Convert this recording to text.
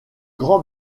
grand